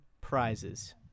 prizes